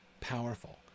powerful